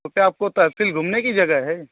तो आपको तहसील घूमने की जगह है